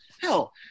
hell